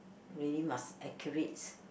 really must accurate